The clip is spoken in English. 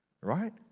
right